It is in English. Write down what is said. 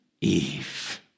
Eve